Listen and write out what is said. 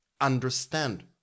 understand